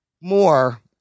more